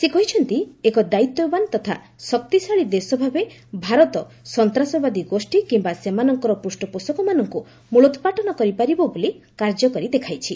ସେ କହିଛନ୍ତି ଏକ ଦାୟିତ୍ୱବାନ ତଥା ଶକ୍ତିଶାଳୀ ଦେଶଭାବେ ଭାରତ ସନ୍ତାସବାଦୀ ଗୋଷୀ କିମ୍ବା ସେମାନଙ୍କର ପୂଷ୍ପପୋଷକମାନଙ୍କୁ ମ୍ବଳୋପାଟନ କରିପାରିବ ବୋଲି କାର୍ଯ୍ୟ କରି ଦେଖାଇଛି